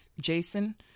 Jason